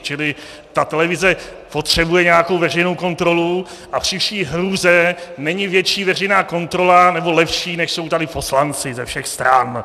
Čili televize potřebuje nějakou veřejnou kontrolu, a při vší hrůze není větší veřejná kontrola, nebo lepší, než jsou tady poslanci ze všech stran.